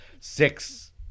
six